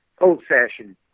Old-fashioned